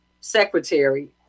secretary